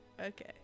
Okay